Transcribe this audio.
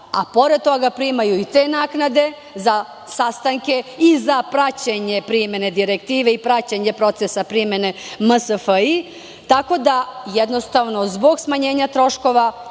a pored toga primaju i te naknade za sastanke i za praćenje primene direktive i praćenje procesa primene MSFI, tako da, jednostavno, zbog smanjenja troškova